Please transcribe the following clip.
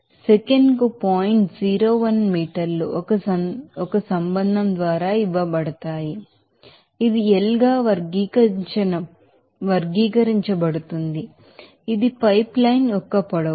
01 మీటర్లు ఒక సంబంధం ద్వారా ఇవ్వబడతాయి ఇది L గా వర్గీకరించబడుతుంది ఇది పైప్ లైన్ యొక్క పొడవు